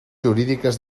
jurídiques